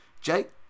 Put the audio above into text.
Jake